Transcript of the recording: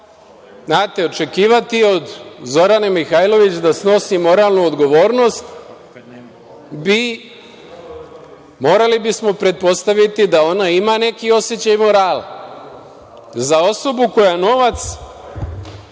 očekivati od Zorane Mihajlović da snosi moralnu odgovornost, morali bismo pretpostaviti da ona ima neki osećaj morala, za osobu koja novac